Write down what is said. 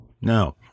now